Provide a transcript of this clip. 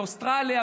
באוסטרליה,